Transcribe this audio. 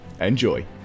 enjoy